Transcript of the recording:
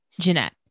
Jeanette